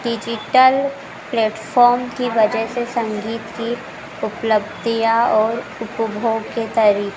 digital platform की वजह से संगीत की उपलब्धियाँ और उपभोग के तरी